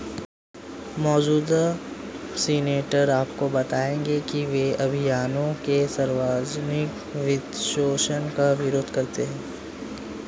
मौजूदा सीनेटर आपको बताएंगे कि वे अभियानों के सार्वजनिक वित्तपोषण का विरोध करते हैं